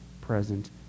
present